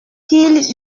qu’ils